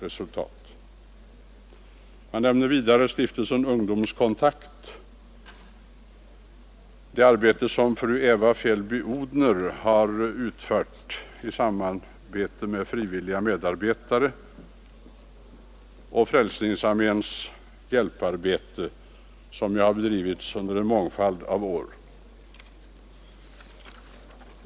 Vidare nämner motionärerna Stiftelsen ungdomskontakt och det arbete som Eva Fjällby-Odhner har utfört i samarbete med frivilliga medarbetare samt Frälsningsarméns välkända hjälparbete, som har bedrivits under en mångfald år.